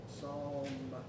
Psalm